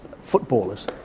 footballers